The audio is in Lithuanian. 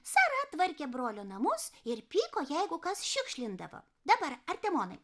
sara tvarkė brolio namus ir pyko jeigu kas šiukšlindavo dabar artimonai